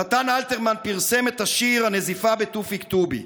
נתן אלתרמן פרסם את השיר "הנזיפה בתופיק טובי",